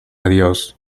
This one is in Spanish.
adiós